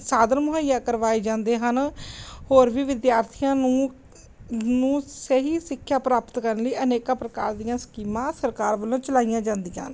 ਸਾਧਨ ਮਹੁੱਈਆ ਕਰਵਾਏ ਜਾਂਦੇ ਹਨ ਹੋਰ ਵੀ ਵਿਦਿਆਰਥੀਆਂ ਨੂੰ ਨੂੰ ਸਹੀ ਸਿੱਖਿਆ ਪ੍ਰਾਪਤ ਕਰਨ ਲਈ ਅਨੇਕਾਂ ਪ੍ਰਕਾਰ ਦੀਆਂ ਸਕੀਮਾਂ ਸਰਕਾਰ ਵੱਲੋਂ ਚਲਾਈਆਂ ਜਾਂਦੀਆਂ ਹਨ